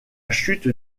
chute